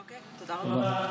אוקיי, תודה רבה.